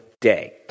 day